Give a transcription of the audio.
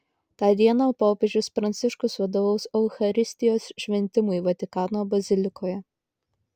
tą dieną popiežius pranciškus vadovaus eucharistijos šventimui vatikano bazilikoje